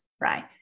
right